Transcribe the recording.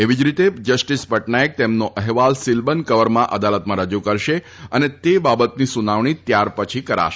એવી જ રીતે જસ્ટીસ પટનાથક તેમનો અફેવાલ સીલબંધ કવરમાં અદાલતમાં રજ્ન કરશે અને તે બાબતની સુનાવણી ત્યારપછી કરાશે